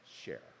share